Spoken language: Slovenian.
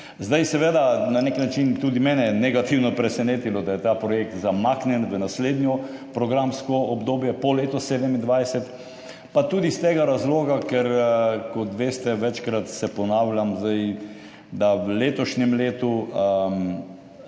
Zdaj je seveda na nek način tudi mene negativno presenetilo, da je ta projekt zamaknjen v naslednje programsko obdobje, po letu 2027, pa tudi iz tega razloga, ker kot veste, večkrat se ponavljam, da ima v letošnjem letu